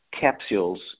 capsules